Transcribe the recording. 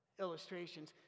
illustrations